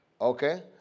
Okay